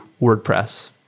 WordPress